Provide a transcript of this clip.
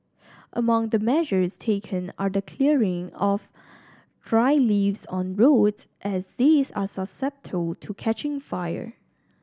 among the measures taken are the clearing of dry leaves on roads as these are susceptible to catching fire